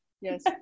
yes